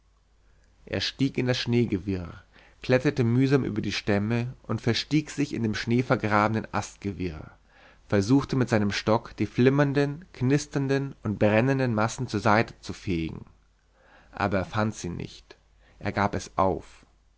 er stieg in das schneegewirr kletterte mühsam über die stämme und verstieg sich in dem schneevergrabenen astgewirr versuchte mit seinem stock die flimmernden knisternden und brennenden massen zur seite zu fegen aber er fand sie nicht er gab es auf